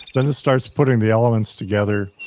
then it starts putting the elements together,